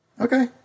Okay